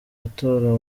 matora